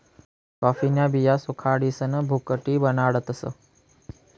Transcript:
कॉफीन्या बिया सुखाडीसन भुकटी बनाडतस